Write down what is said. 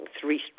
Three